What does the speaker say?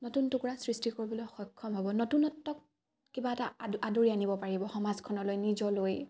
নতুন টুকুৰা সৃষ্টি কৰিবলৈ সক্ষম হ'ব নতুনত্বক কিবা এটা আদ আদৰি আনিব পাৰিব সমাজখনলৈ নিজলৈ